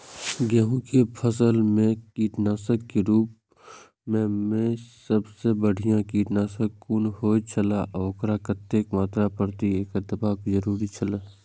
गेहूं के फसल मेय कीटनाशक के रुप मेय सबसे बढ़िया कीटनाशक कुन होए छल आ ओकर कतेक मात्रा प्रति एकड़ देबाक जरुरी छल?